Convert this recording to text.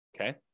okay